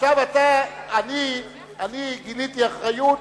אני גיליתי אחריות